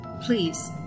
please